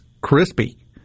crispy